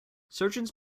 surgeons